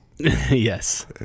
yes